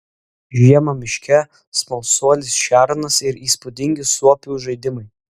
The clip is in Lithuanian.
žiema miške smalsuolis šernas ir įspūdingi suopių žaidimai